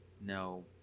No